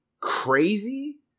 crazy